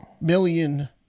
million